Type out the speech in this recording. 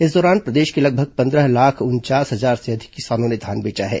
इस दौरान प्रदेश के लगभग पंद्रह लाख उनचास हजार से अधिक किसानों ने धान बेचा है